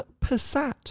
Passat